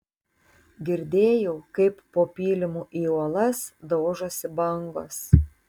girdėjau kaip po pylimu į uolas daužosi bangos